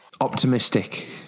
Optimistic